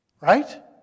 Right